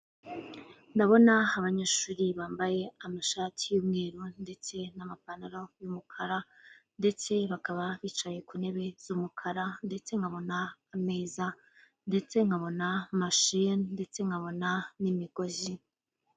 Ndabona abanyeshuri bambaye amashati y'umweru ndetse n'amapantaro y'umukara ndetse bakaba bicaye ku ntebe z'umukara ndetse nkabona ameza ndetse nkabona mashine ndetse nkabona n'imigozi.